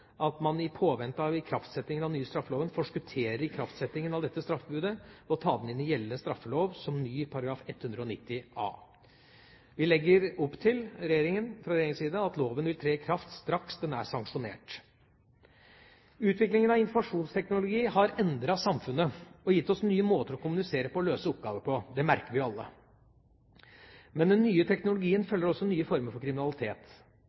at man i påvente av ikraftsettingen av den nye straffeloven forskutterer ikraftsettingen av dette straffebudet ved å ta det inn i den gjeldende straffeloven som ny § 190a. Regjeringa legger opp til at loven vil tre i kraft straks den er sanksjonert. Utviklingen av informasjonsteknologi har endret samfunnet og gitt oss nye måter å kommunisere på og løse oppgaver på. Det merker vi alle. Men med den nye teknologien følger også nye former for kriminalitet.